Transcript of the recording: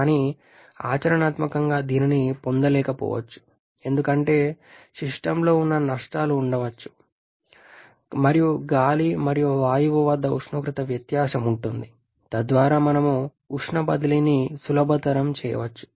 కానీ ఆచరణాత్మకంగా దీనిని పొందలేకపోవచ్చు ఎందుకంటే సిస్టమ్లో ఉష్ణ నష్టాలు ఉండవచ్చు మరియు గాలి మరియు వాయువు మధ్య ఉష్ణోగ్రత వ్యత్యాసం ఉంటుంది తద్వారా మనం ఉష్ణ బదిలీని సులభతరం చేయవచ్చు